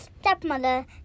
stepmother